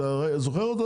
אתה זוכר אותו?